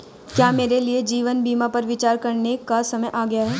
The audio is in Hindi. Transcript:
क्या मेरे लिए जीवन बीमा पर विचार करने का समय आ गया है?